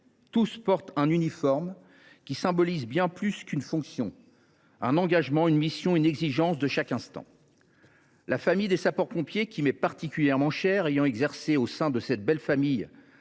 Tous portent un uniforme qui symbolise bien plus qu’une fonction : un engagement, une mission, une exigence de chaque instant. La famille des sapeurs pompiers m’est particulièrement chère, car j’ai exercé en son sein pendant de